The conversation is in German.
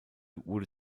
wurde